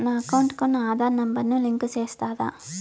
నా అకౌంట్ కు నా ఆధార్ నెంబర్ ను లింకు చేసారా